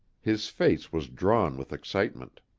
his face was drawn with excitement.